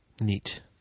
Neat